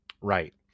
Right